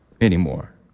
anymore